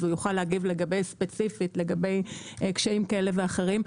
אז הוא יוכל להגיב לגבי קשיים כאלה ואחרים.